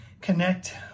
connect